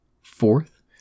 Fourth